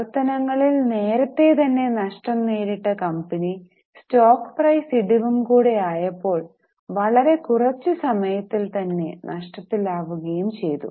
പ്രവർത്തനങ്ങളിൽ നേരത്തെ തന്നെ നഷ്ടം നേരിട്ട കമ്പനി സ്റ്റോക്ക് പ്രൈസ് ഇടിവും കൂടെ ആയപ്പോൾ വളരെ കുറച്ചു സമയത്തിൽ തന്നെ നഷ്ടത്തിൽ ആവുകയും ചെയ്തു